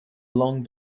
long